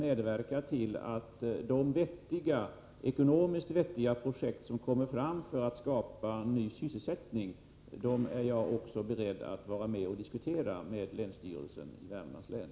Ekonomiskt vettiga projekt som kommer fram för att skapa ny sysselsättning är jag också beredd att diskutera med länsstyrelsen i Värmlands län.